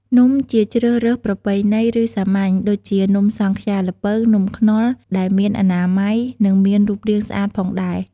នំជាជ្រើសរើសប្រពៃណីឬសាមញ្ញ ដូចជា នំសង់ខ្យាល្ពៅ, នំខ្នុរ ដែលមានអនាម័យ និងមានរូបរាងស្អាតផងដែរ។